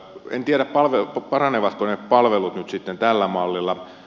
en tiedä paranevatko ne palvelut nyt sitten tällä mallilla